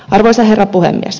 arvoisa herra puhemies